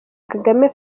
kagame